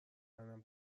منم